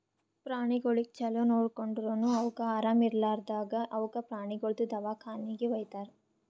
ಪ್ರಾಣಿಗೊಳಿಗ್ ಛಲೋ ನೋಡ್ಕೊಂಡುರನು ಅವುಕ್ ಆರಾಮ ಇರ್ಲಾರ್ದಾಗ್ ಅವುಕ ಪ್ರಾಣಿಗೊಳ್ದು ದವಾಖಾನಿಗಿ ವೈತಾರ್